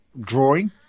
drawing